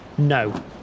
no